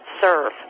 serve